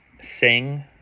Sing